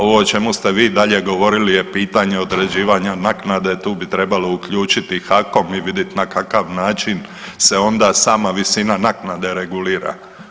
Ovo o čemu ste vi dalje govorili je pitanje određivanja naknade, tu bi trebalo uključiti HAKOM i vidit na kakav način se onda sama visina naknade regulira.